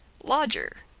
lodger,